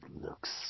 looks